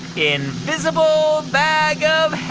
invisible bag of